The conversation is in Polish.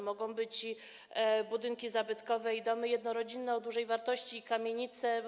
Mogą to być i budynki zabytkowe, i domy jednorodzinne o dużej wartości, i kamienice.